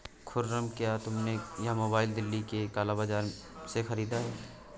खुर्रम, क्या तुमने यह मोबाइल दिल्ली के काला बाजार से खरीदा है?